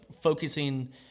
focusing